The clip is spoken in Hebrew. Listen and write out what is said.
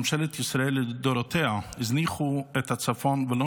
ממשלות ישראל לדורותיהן הזניחו את הצפון ולא